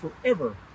forever